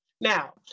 Now